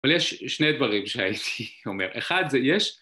אבל יש שני דברים שהייתי אומר, אחד זה יש